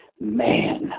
Man